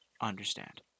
understand